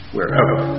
Wherever